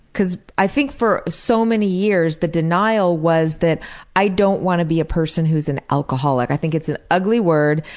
because i think for so many years the denial was that i don't want to be a person who's an alcoholic. i think it's an ugly word,